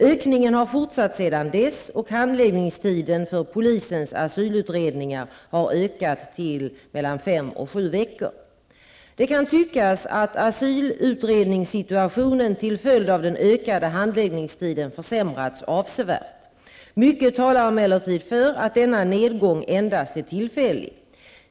Ökningen har fortsatt sedan dess och handläggningstiden för polisens asylutredningar har ökat till fem sju veckor. Det kan tyckas att asylutredningssituationen till följd av den ökade handläggningstiden försämrats avsevärt. Mycket talar emellertid för att denna nedgång endast är tillfällig.